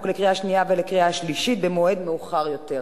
לקריאה השנייה ולקריאה השלישית במועד מאוחר יותר,